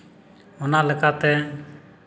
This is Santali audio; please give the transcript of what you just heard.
ᱚᱱᱟ ᱞᱮᱠᱟᱛᱮ